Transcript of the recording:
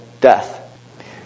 death